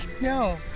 no